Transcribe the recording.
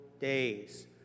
days